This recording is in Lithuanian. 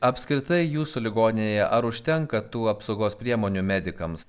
apskritai jūsų ligoninėje ar užtenka tų apsaugos priemonių medikams